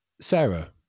Sarah